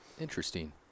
interesting